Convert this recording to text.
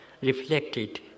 reflected